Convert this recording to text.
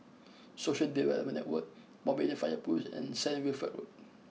Social Development Network Mountbatten Fire Post and Saint Wilfred Road